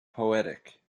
poetic